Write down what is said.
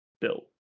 built